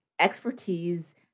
expertise